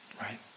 right